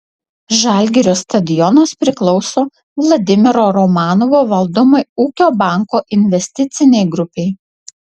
žalgirio stadionas priklauso vladimiro romanovo valdomai ūkio banko investicinei grupei